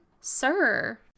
sir